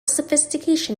sophistication